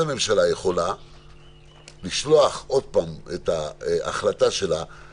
אז נציגי הממשלה הסכימו להוריד את הסיפה שאפשר בהתקיים